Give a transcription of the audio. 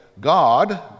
God